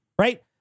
Right